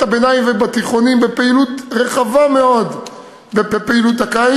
הביניים ובתיכונים בפעילות רחבה מאוד בקיץ,